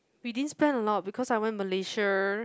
we didn't spend a lot because I went Malaysia